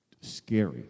scary